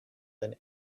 than